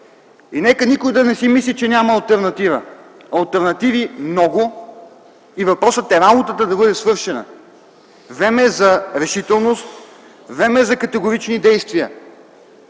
И нека никой да не си мисли, че няма алтернатива. Алтернативи много и въпросът е работата да бъде свършена. Време е за решителност, време е за категорични действия